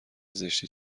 زشتی